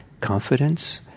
confidence